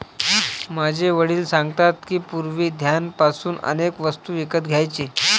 माझे वडील सांगतात की, पूर्वी धान्य पासून अनेक वस्तू विकत घ्यायचे